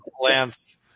Lance